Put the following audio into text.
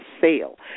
sale